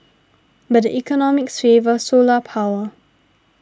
but the economics favour solar power